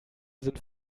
sind